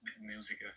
music